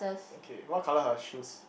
okay what colour are her shoes